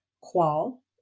qual